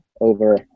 over